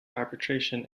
arbitration